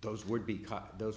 those would be those